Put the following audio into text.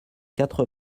quatre